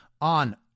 on